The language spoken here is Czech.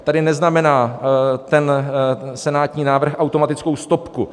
Tady neznamená ten senátní návrh automatickou stopku.